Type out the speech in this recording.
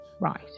Right